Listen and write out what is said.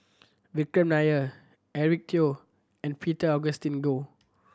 Vikram Nair Eric Teo and Peter Augustine Goh